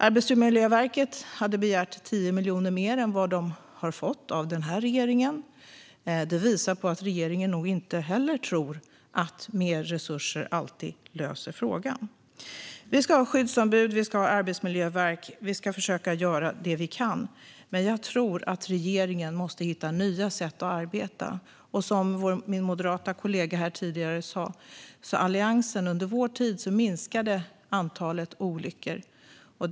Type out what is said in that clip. Arbetsmiljöverket hade begärt 10 miljoner mer än vad det har fått av regeringen. Det visar på att regeringen nog inte heller tror att mer resurser alltid löser frågan. Vi ska ha skyddsombud, vi ska ha arbetsmiljöverk, och vi ska försöka att göra det vi kan. Men jag tror att regeringen måste hitta nya sätt att arbeta. Som min moderata kollega sa här tidigare minskade antalet olyckor under Alliansens tid.